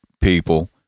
people